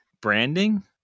Branding